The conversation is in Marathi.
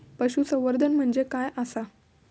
पशुसंवर्धन म्हणजे काय आसा?